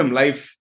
life